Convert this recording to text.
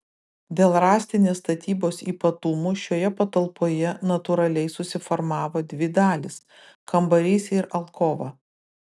dėl rąstinės statybos ypatumų šioje patalpoje natūraliai susiformavo dvi dalys kambarys ir alkova